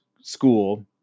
school